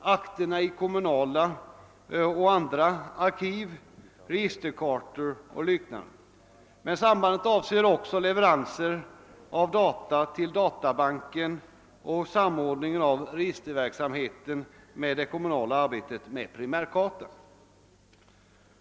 akterna i kommunala och andra arkiv, registerkartor och liknande. Men det avser också leveranser av data till databanken och samordningen av registerverksamheten med det kommunala arbetet med primärkartor.